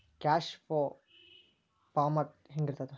Cash flow format ಹೆಂಗಿರ್ತದ?